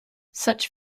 such